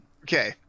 Okay